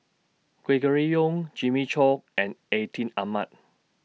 Gregory Yong Jimmy Chok and Atin Amat